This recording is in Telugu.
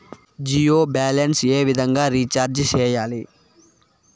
జియో బ్యాలెన్స్ ఏ విధంగా రీచార్జి సేయాలి?